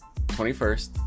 21st